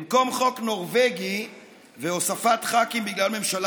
במקום חוק נורבגי והוספת ח"כים בגלל ממשלה